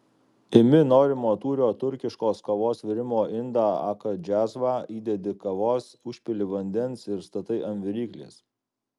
imi norimo tūrio turkiškos kavos virimo indą aka džiazvą įdedi kavos užpili vandens ir statai ant viryklės